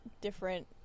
different